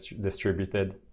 distributed